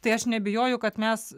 tai aš neabejoju kad mes